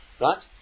right